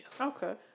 Okay